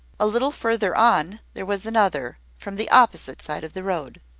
a little further on, there was another, from the opposite side of the road.